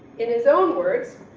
in his own words